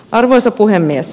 arvoisa puhemies